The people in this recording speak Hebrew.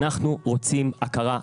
אנחנו רוצים הכרה בחוק,